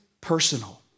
personal